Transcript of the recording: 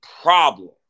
problem